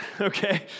okay